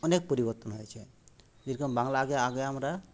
অনেক পরিবর্তন হয়েছে যেরকম বাংলা আগে আগে আমরা